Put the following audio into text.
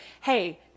hey